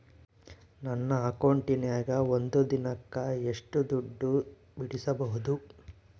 ನನ್ನ ಅಕೌಂಟಿನ್ಯಾಗ ಒಂದು ದಿನಕ್ಕ ಎಷ್ಟು ದುಡ್ಡು ಬಿಡಿಸಬಹುದು?